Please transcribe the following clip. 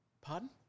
Pardon